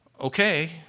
Okay